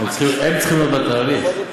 הם צריכים להיות בתהליך.